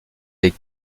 des